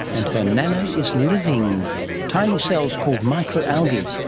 and her nano is living tiny cells called micro-algae,